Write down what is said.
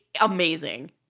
amazing